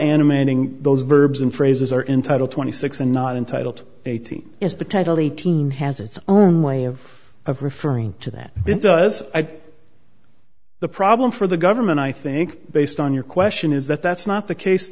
animating those verbs and phrases are in title twenty six and not entitle to eighteen is the title eighteen has its own way of of referring to that then does the problem for the government i think based on your question is that that's not the case